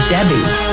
Debbie